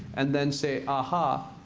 and then say, aha,